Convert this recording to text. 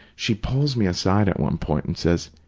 she pulls me aside at one point and says,